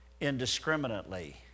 indiscriminately